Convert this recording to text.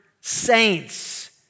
saints